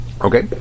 Okay